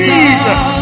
Jesus